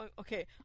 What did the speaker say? okay